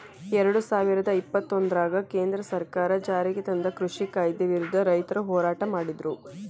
ಎರಡುಸಾವಿರದ ಇಪ್ಪತ್ತೊಂದರಾಗ ಕೇಂದ್ರ ಸರ್ಕಾರ ಜಾರಿಗೆತಂದ ಕೃಷಿ ಕಾಯ್ದೆ ವಿರುದ್ಧ ರೈತರು ಹೋರಾಟ ಮಾಡಿದ್ರು